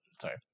sorry